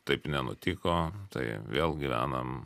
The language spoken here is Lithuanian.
taip nenutiko tai vėl gyvenam